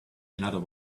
another